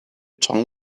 tongue